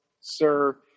sir